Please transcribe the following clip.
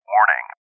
Warning